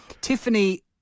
Tiffany